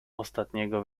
ostatniego